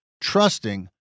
trusting